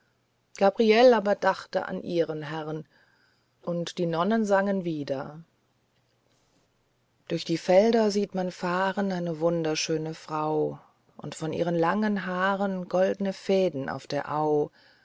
gabriele aber dachte an ihren herrn und die nonnen sangen wieder durch die felder sieht man fahren eine wunderschöne frau und von ihren langen haaren goldne fäden auf der au